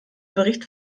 bericht